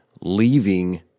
leaving